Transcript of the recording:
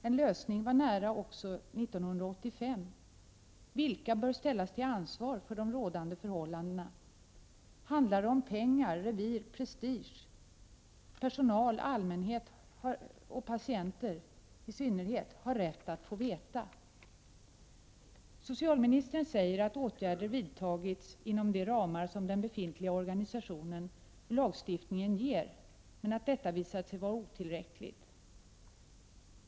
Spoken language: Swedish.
En lösning var nära också 1985. Vilka bör ställas till ansvar för de rådande förhållandena, handlar det om pengar, revir eller prestige? Personal, allmänhet och framför allt patienter har rätt att få veta hur det förhåller sig. Socialministern säger att åtgärder har vidtagits inom de ramar den befintliga organisationen och lagstiftningen ger, men att detta visat sig vara otillräckligt.